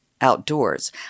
outdoors